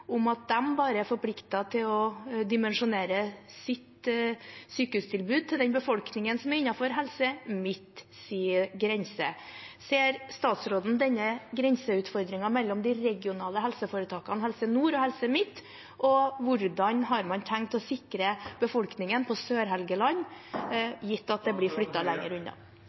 om at de bare er forpliktet til å dimensjonere sitt sykehustilbud for den befolkningen som er innenfor Helse Midt-Norges grense. Ser statsråden denne grenseutfordringen mellom de regionale helseforetakene Helse Nord og Helse Midt-Norge, og hvordan har man tenkt å sikre befolkningen på Sør-Helgeland, gitt at